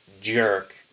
jerk